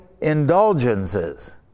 indulgences